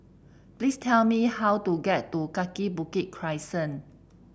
please tell me how to get to Kaki Bukit Crescent